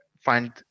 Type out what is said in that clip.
find